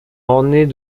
ornées